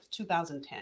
2010